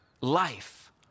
life